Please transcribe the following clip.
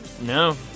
No